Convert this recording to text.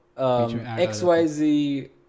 XYZ